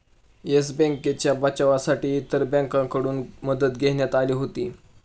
yes बँकेच्या बचावासाठी इतर बँकांकडून मदत घेण्यात आली होती